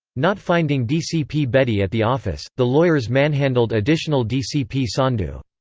not finding dcp bedi at the office, the lawyers manhandled additional dcp sandhu.